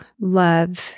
love